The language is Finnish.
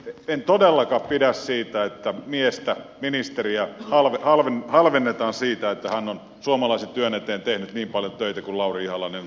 en todellakaan pidä siitä että miestä ministeriä halvennetaan siitä että hän on suomalaisen työn eteen tehnyt niin paljon töitä kuin lauri ihalainen on tehnyt